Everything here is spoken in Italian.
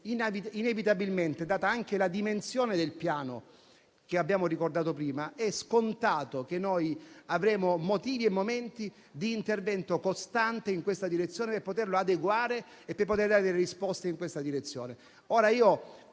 inevitabilmente, data anche la dimensione del Piano, che abbiamo ricordato prima, è scontato che noi avremo motivi e momenti di intervento costante in questa direzione, per poterlo adeguare e per poter dare delle risposte in questa direzione.